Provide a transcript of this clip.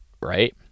right